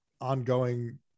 ongoing